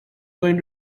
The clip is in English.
going